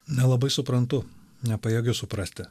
nelabai suprantu nepajėgiu suprasti